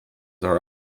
are